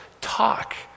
Talk